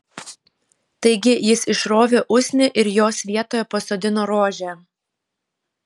taigi jis išrovė usnį ir jos vietoje pasodino rožę